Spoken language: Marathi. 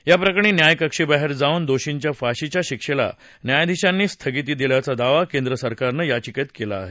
याप्रकरणी न्याय कक्षेबाहेर जाऊन दोर्षीच्या फाशीच्या शिक्षेला न्यायाधीशांनी स्थगिती दिल्याचा दावा केंद्र सरकारने याचिकेत केला आहे